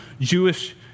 Jewish